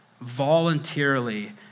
voluntarily